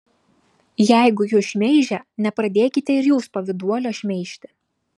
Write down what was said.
jeigu jus šmeižia nepradėkite ir jūs pavyduolio šmeižti